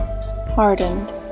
hardened